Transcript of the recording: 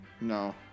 No